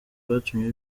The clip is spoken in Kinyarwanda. bwatumye